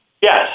Yes